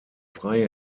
freie